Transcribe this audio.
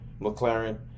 McLaren